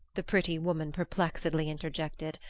the pretty woman perplexedly interjected,